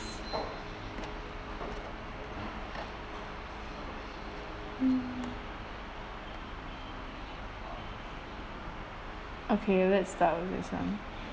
okay let's start with this one